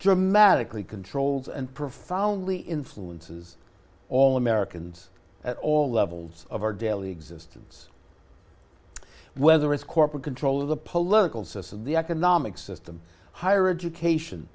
dramatically controls and profoundly influences all americans at all levels of our daily existence whether it's corporate control of the political system the economic system higher education